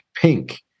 pink